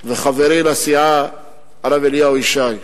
וחברי לסיעה הרב אליהו ישי,